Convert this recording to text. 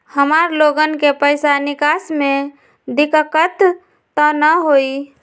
हमार लोगन के पैसा निकास में दिक्कत त न होई?